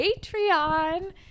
Patreon